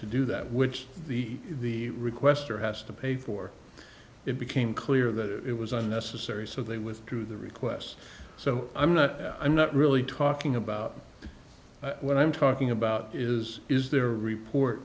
to do that which the requester has to pay for it became clear that it was unnecessary so they withdrew the requests so i'm not i'm not really talking about when i'm talking about is is there a report